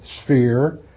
sphere